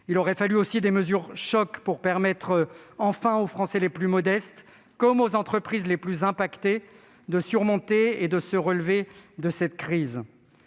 Il aurait fallu des mesures choc pour permettre enfin aux Français les plus modestes comme aux entreprises les plus affectées de surmonter cette crise